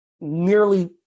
nearly